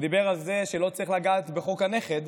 הוא דיבר על זה שלא צריך לגעת בחוק הנכד,